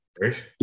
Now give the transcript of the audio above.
Right